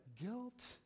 guilt